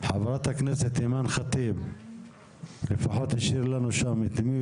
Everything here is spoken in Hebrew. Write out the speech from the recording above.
הכנסת אימאן חטיב יאסין, בבקשה.